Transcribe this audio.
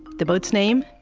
the boat's name?